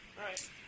Right